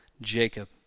Jacob